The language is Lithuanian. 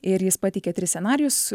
ir jis pateikė tris scenarijus